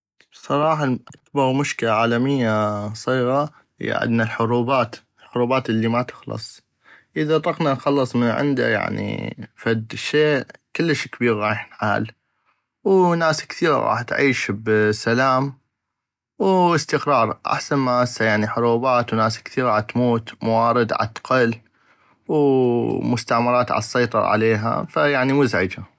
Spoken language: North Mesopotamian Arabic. بصراحة اكبغ مشكلة عالمية صيغة هيا عدنا الحروبات حروبات الي ما تخلص اذا طقنا نخلص من عندا يعني فد شي كلش كبيغ غاح ينحل وناس كثيغة غاح تعيش بسلام واستقرار احسن ما هسه حروبات وناس كثيغة عتموت وموارد عتقل ومستعمرات عتسيطر عليها يعني مزعجة.